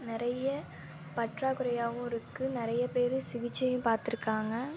நிறைய பற்றாக்குறையாகவும் இருக்கு நிறைய பேரு சிகிச்சையும் பார்த்துருக்காங்க